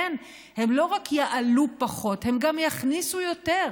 כן, הם לא רק יעלו פחות, הם גם יכניסו יותר.